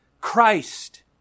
Christ